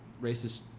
Racist